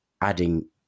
adding